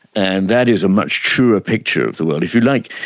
and that is a much truer picture of the world. if you like,